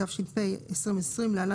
התש"ף-2020 (להלן,